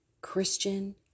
Christian